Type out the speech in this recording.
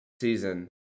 season